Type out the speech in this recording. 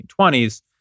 1920s